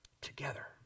together